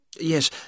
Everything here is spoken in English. Yes